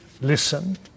listen